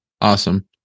Awesome